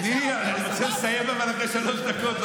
אני רוצה לסיים אחרי שלוש דקות.